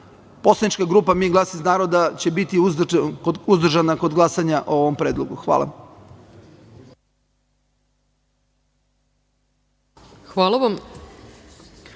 poslanička grupa Mi – glas iz naroda će biti uzdržana kod glasanja o ovom predlogu. Hvala.